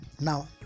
Now